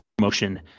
motion